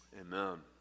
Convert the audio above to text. Amen